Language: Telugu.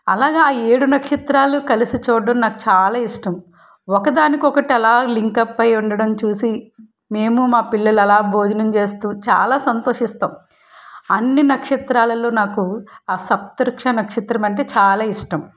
అలాగ ఆ ఏడు నక్షత్రాలు కలిసి చూడడం చాలా ఇష్టం ఒకదానిఒకటి అలా లింక్అప్ ఉండడం చూసి మేము మా పిల్లలు అలా భోజనం చేస్తు చాలా సంతోషిస్తాం అన్నీ నక్షత్రాలలో నాకు ఆ సప్తర్షి నక్షత్రం అంటే చాలా ఇష్టం